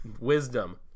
Wisdom